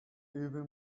even